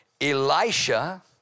Elisha